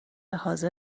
حاضر